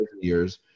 years